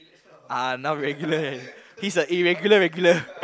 ah now regular he's a irregular regular